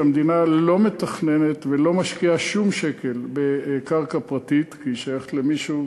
שהמדינה לא מתכננת ולא משקיעה שום שקל בקרקע פרטית כי היא שייכת למישהו